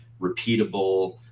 repeatable